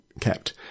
kept